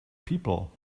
people